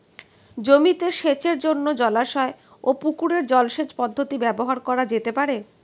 জমিতে সেচের জন্য জলাশয় ও পুকুরের জল সেচ পদ্ধতি ব্যবহার করা যেতে পারে?